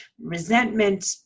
resentment